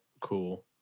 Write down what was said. cool